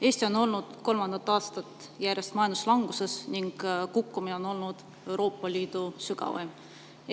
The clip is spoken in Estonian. Eesti on olnud kolmandat aastat järjest majanduslanguses ning kukkumine on olnud Euroopa Liidu sügavaim.